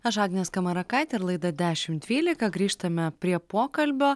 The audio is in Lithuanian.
aš agnė skamarakaitė ir laida dešim dvylika grįžtame prie pokalbio